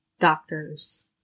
doctor's